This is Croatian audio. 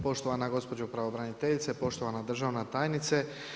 Poštovana gospođo pravobraniteljice, poštovana državna tajnice.